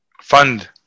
Fund